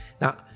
Now